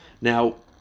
Now